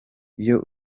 iyo